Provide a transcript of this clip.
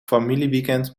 familieweekend